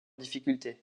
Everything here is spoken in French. difficultés